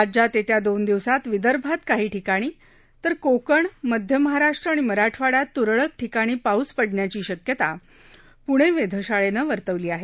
राज्यात येत्या दोन दिवसांत विदर्भात काही ठिकाणी तर कोकण मध्य महाराष्ट्र आणि मराठवाइयात तूरळक ठिकाणी पाऊस पडण्याची शक्यता प्णे वेधशाळेनं वर्तवली आहे